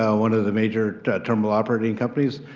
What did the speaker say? ah one of the major terminal operating companies,